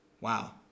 Wow